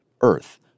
Earth